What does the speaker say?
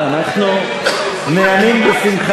יעקב ליצמן,